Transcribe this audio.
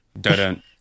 dun